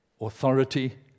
authority